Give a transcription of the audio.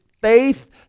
faith